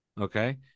Okay